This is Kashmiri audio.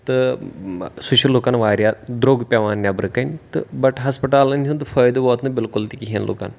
تہٕ سُہ چھُ لُکَن واریاہ درٛوگ پیٚوان نؠبرٕ کَنۍ تہٕ بَٹ ہسپَتالَن ہُند فٲیدٕ ووت نہِ بِلکُل تہِ کہیٖنۍ لُکَن